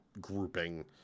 grouping